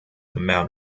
amount